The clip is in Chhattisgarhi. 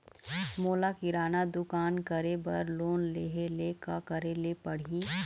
मोला किराना दुकान करे बर लोन लेहेले का करेले पड़ही?